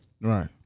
right